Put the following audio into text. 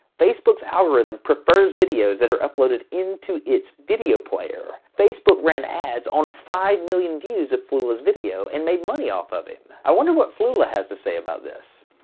facebook's algorithm prefers videos that are uploaded into its video player. facebook ran ads on five million views of flula's video and made money off of it. i wonder what flula has to say about this.